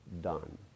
done